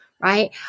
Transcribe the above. Right